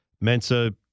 Mensa